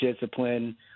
discipline